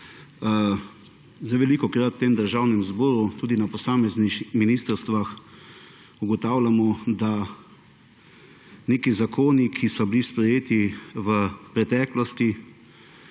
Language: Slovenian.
Velikokrat v tem državnem zboru, tudi na posameznih ministrstvih ugotavljamo, da neki zakoni, ki so bili sprejeti v preteklosti,